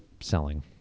selling